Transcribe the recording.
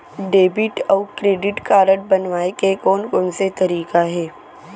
Debit अऊ credit card बनवाए के कोन कोन से तरीका हे?